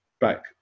back